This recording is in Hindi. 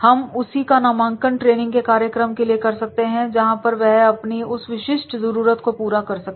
हम उसी का नामांकन ट्रेनिंग के कार्यक्रम के लिए कर सकते हैं जहां पर वह अपनी उस विशिष्ट जरूरत को पूरा कर सके